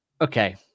okay